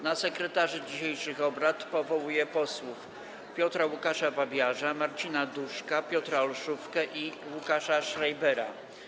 Na sekretarzy dzisiejszych obrad powołuję posłów Piotra Łukasza Babiarza, Marcina Duszka, Piotra Olszówkę i Łukasza Schreibera.